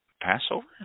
Passover